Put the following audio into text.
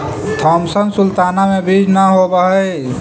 Thompson sultana में बीज न होवऽ हई